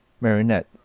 Marinette